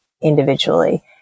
Individually